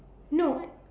no I